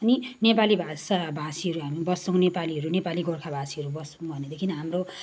अनि नेपाली भाषाभाषीहरू हामी बस्छौँ नेपाली नेपाली गोर्खाभाषीहरू बस्छौँ भनेदेखि हाम्रो